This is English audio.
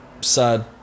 Sad